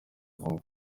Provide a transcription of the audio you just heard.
vuba